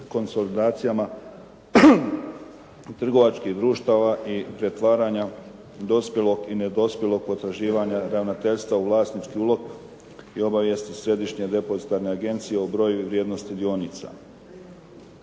konsolidacijama trgovačkih društava i pretvaranja dospjelog i nedospjelog potraživanja ravnateljstva u vlasnički ulog i obavijesti Središnje depozitarne agencije o broju i vrijednosti dionica.